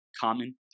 Common